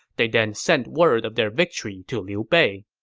they then sent word of their victory to liu bei